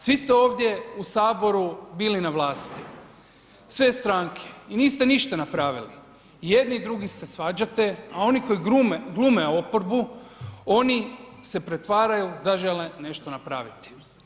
Svi ste ovdje u HS bili na vlasti, sve stranke i niste ništa napravili, i jedni i drugi se svađate, a oni koji glume oporbu oni se pretvaraju da žele nešto napraviti.